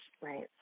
Right